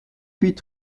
huit